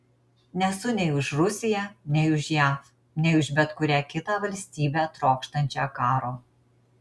nesu nei už rusiją nei už jav nei už net kurią kitą valstybę trokštančią karo